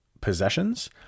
possessions